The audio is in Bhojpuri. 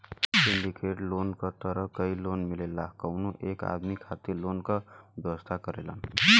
सिंडिकेट लोन क तहत कई लोग मिलके कउनो एक आदमी खातिर लोन क व्यवस्था करेलन